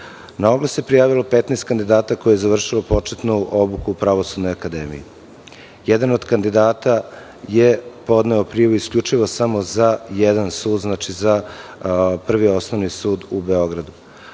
Na oglas se prijavilo 15 kandidata koji su završili početnu obuku Pravosudne akademije. Jedan od kandidata je podneo prijavu isključivo samo za jedan sud, za Prvi osnovni sud u Beogradu.